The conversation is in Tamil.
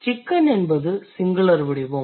chicken என்பது சிங்குலர் வடிவம்